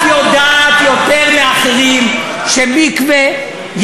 את יודעת יותר מאחרים שמקווה,